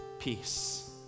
peace